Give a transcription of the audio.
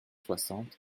soixante